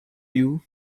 you